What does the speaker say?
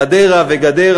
חדרה וגדרה.